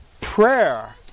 prayer